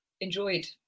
enjoyed